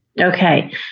Okay